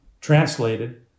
translated